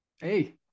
hey